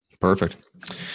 Perfect